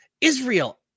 Israel